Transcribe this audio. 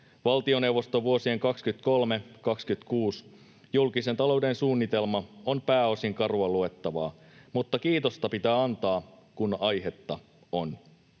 Valtioneuvoston vuosien 23—26 julkisen talouden suunnitelma on pääosin karua luettavaa, mutta kiitosta pitää antaa, kun aihetta on.